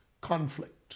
conflict